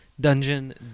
Dungeon